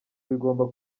bigomba